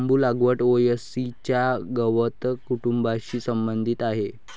बांबू लागवड पो.ए.सी च्या गवत कुटुंबाशी संबंधित आहे